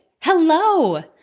Hello